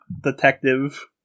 detective